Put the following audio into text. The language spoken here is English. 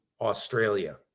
Australia